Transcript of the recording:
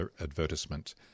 advertisement